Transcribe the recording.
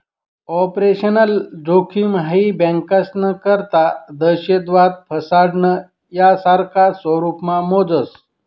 operational जोखिम हाई बँकास्ना करता दहशतवाद, फसाडणं, यासारखा स्वरुपमा मोजास